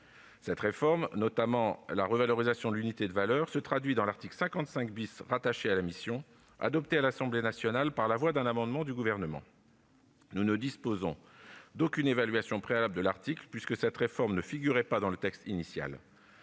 cette réforme, notamment la revalorisation de l'unité de valeur, est traduite dans l'article 55 , rattaché à la mission « Justice », adopté à l'Assemblée nationale par la voie d'un amendement du Gouvernement. Nous ne disposons d'aucune évaluation préalable de l'article, puisque cette réforme ne figurait pas dans le projet